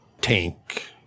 tank